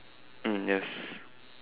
mm yes